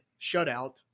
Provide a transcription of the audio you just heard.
shutout